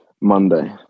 Monday